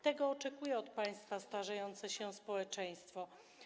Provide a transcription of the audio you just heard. Tego oczekuje od państwa starzejące się społeczeństwo.